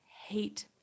hate